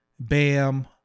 Bam